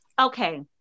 Okay